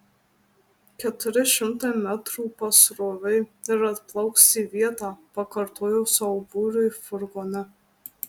keturi šimtai metrų pasroviui ir atplauks į vietą pakartojo savo būriui furgone